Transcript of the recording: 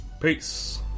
Peace